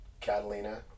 Catalina